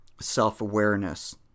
self-awareness